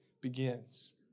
begins